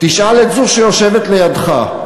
תשאל את זו שיושבת לידך.